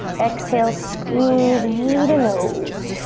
exhale, squeeze knee to nose.